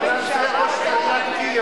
הדקות שגזלתי.